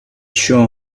sure